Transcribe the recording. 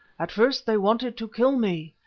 at first they wanted to kill me,